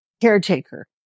caretaker